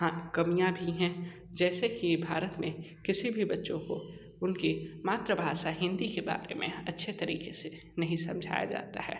हाँ कमियाँ भी हैं जैसे कि भारत में किसी भी बच्चों को उनकी मातृभाषा हिंदी के बारे में अच्छे तरीके से नहीं समझाया जाता है